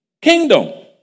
kingdom